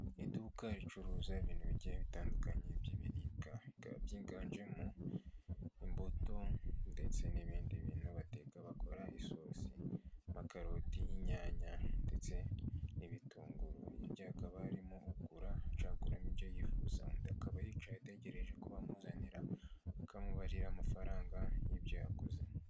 Iduka ricuruza ibintu bigiye bitandukanye by'ibiribwa, bikaba byiganjemo imbuto, ndetse n'ibindi bintu bateka bakora isosi, amakaroti, inyanya ndetse n'ibitunguru, hirya hakaba harimo ugura acaguramo ibyo yifuza, undi akaba yicaye ategereje ko bamuzanira, bakamubarira amafaranga y'ibyo yaguze.